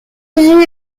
rivières